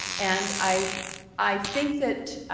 and i i think that